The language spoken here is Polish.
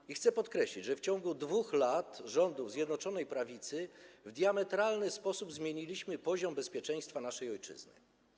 I chcę podkreślić, że w ciągu 2 lat rządów Zjednoczonej Prawicy w diametralny sposób zmieniliśmy poziom bezpieczeństwa naszej ojczyzny.